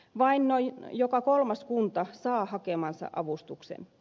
vain noin joka kolmas kunta saa hakemansa avustuksen